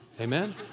Amen